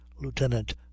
lieutenant